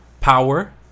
Power